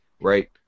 right